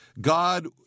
God